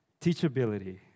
teachability